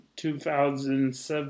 2007